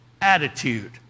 attitude